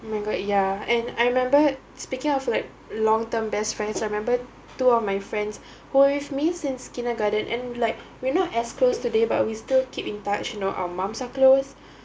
oh my god ya and I remember speaking of like long term best friends I remembered two of my friends who were with me since kindergarten and like we're not as close today but we still keep in touch you know our moms are close